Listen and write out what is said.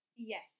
yes